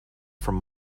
from